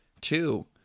two